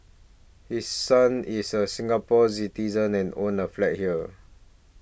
his son is a Singapore Citizen and owns a flat here